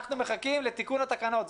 אנחנו מחכים לתיקון התקנות.